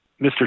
Mr